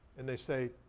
and they say,